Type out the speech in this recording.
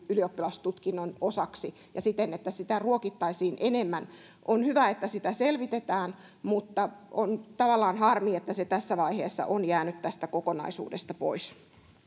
ylioppilastutkinnon osaksi ja että sitä ruokittaisiin enemmän on hyvä että sitä selvitetään mutta on tavallaan harmi että se tässä vaiheessa on jäänyt tästä kokonaisuudesta pois